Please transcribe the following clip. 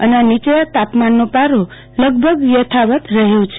અને નીયા તાપમાનનો પારો લગભગ યથાવત રહ્યો છે